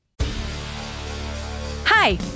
Hi